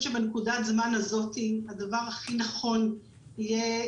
בנקודת הזמן הזאת הדבר הכי נכון יהיה,